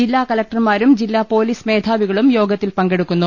ജില്ലാ കലക്ടർമാരും ജില്ലാ പൊലീസ് മേധാവികളും യോഗത്തിൽ പങ്കെടുക്കുന്നു